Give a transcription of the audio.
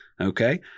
Okay